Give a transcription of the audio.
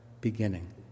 beginning